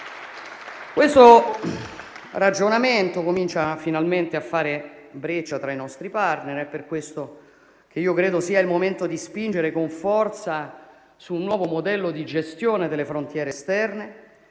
Questo ragionamento comincia finalmente a fare breccia tra i nostri *partner* ed è per questo che io credo sia il momento di spingere con forza su un nuovo modello di gestione delle frontiere esterne,